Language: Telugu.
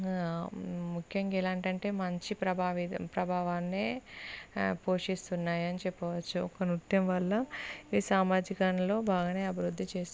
ఆ ముఖ్యంగా ఎలా అంటే మంచి ప్రభావితం ప్రభావాన్నే పోషిస్తున్నాయని చెప్పవచ్చు ఒక నృత్యం వల్ల ఈ సామాజికంలో బాగా అభివృద్ధి చేస్తు